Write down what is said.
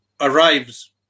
arrives